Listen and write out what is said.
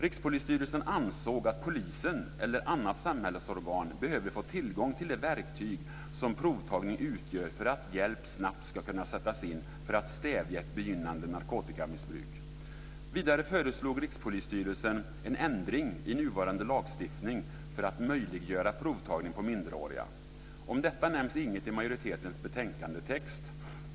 Rikspolisstyrelsen ansåg att polisen eller annat samhällsorgan behövde få tillgång till det verktyg som provtagning utgör för att hjälp snabbt ska kunna sättas in för att stävja ett begynnande narkotikamissbruk. Vidare föreslog Rikspolisstyrelsen en ändring i nuvarande lagstiftning för att möjliggöra provtagning på minderåriga. Om detta nämns inget i majoritetens betänkandetext.